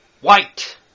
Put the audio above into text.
white